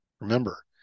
Remember